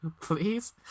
please